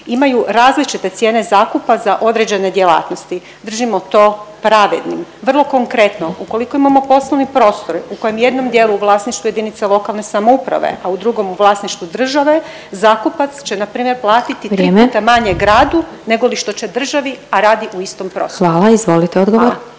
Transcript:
imaju različite cijene zakupa za određene djelatnosti. Držimo to pravednim. Vrlo konkretno, ukoliko imamo poslovni prostor u kojem u jednom dijelu u vlasništvu jedinice lokalne samouprave, a u drugom u vlasništvu države, zakupac će npr. platiti …/Upadica Glasovac: Vrijeme./… tri puta manje gradu negoli što će državi, a radi u istom prostoru. Hvala. **Glasovac,